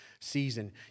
season